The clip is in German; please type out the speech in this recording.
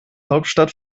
hauptstadt